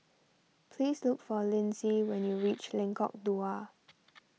please look for Lynsey when you reach Lengkok Dua